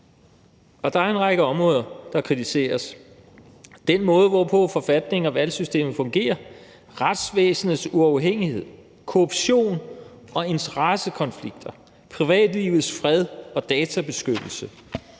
der er en række områder, der kritiseres, og det er den måde, hvorpå forfatningen og valgsystemet fungerer, retsvæsenets uafhængighed, korruption og interessekonflikter, privatlivets fred og databeskyttelse,